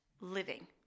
living